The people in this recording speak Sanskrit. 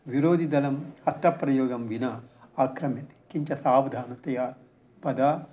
विरोदिदलम् अत्तप्रयोगं विना आक्रम्यते किञ्च सावधानतया पदा